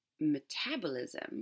metabolism